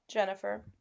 jennifer